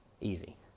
easy